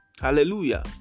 hallelujah